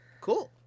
Cool